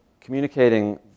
communicating